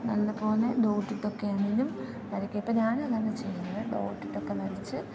നല്ല പോലെ ഡോട്ട് ഇട്ടൊക്കെ ആണെങ്കിലും വരക്കുക ഇപ്പം ഞാൻ അതാണ് ചെയ്യുന്നത് ഡോട്ട് ഇട്ടൊക്കെ വരച്ച്